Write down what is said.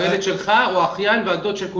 הילד שלך או אחיין או הדוד של כולנו.